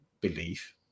belief